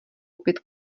opět